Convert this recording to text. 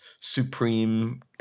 supreme